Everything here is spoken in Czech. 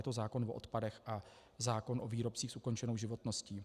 Je to zákon o odpadech a zákon o výrobcích s ukončenou životností.